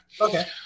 Okay